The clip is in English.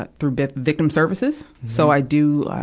but through but victim services. so i do, ah,